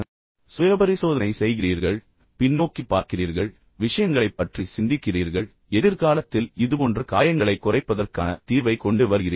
பின்னர் நீங்கள் சுயபரிசோதனை செய்கிறீர்கள் பின்னோக்கி பார்க்கிறீர்கள் விஷயங்களைப் பற்றி சிந்திக்கிறீர்கள் பின்னர் எதிர்காலத்தில் இதுபோன்ற காயங்களைக் குறைப்பதற்கான தீர்வைக் கொண்டு வருகிறீர்கள்